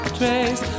trace